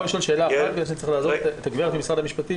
אני יכול לשאול שאלה את הגברת משרד המשפטים?